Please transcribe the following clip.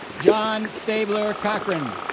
john stabler cochrane